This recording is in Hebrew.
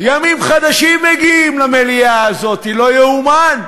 ימים חדשים מגיעים למליאה הזאת, לא ייאמן.